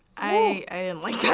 i didn't like yeah